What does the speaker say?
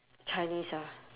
chinese ah